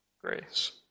grace